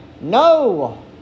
no